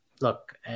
look